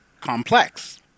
complex